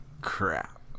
crap